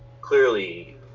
clearly